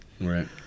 right